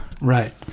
Right